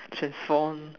transform